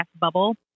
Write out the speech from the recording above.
bubble